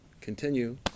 continue